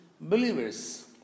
believers